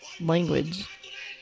language